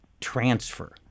transfer